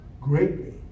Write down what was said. Greatly